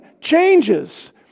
changes